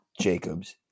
Jacobs